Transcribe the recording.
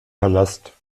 palast